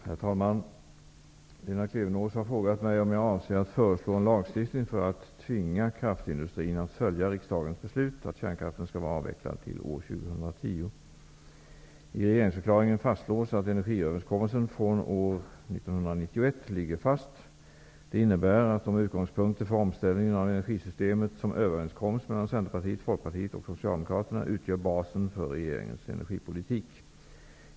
Herr talman! Lena Klevenås har frågat mig om jag avser att föreslå en lagstiftning för att tvinga kraftindustrin att följa riksdagens beslut att kärnkraften skall vara avvecklad till år 2010. Det innebär att de utgångspunkter för omställningen av energisystemet som överenskommits mellan Centerpartiet, Folkpartiet och Socialdemokraterna utgör basen för regeringens energipolitik.